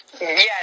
Yes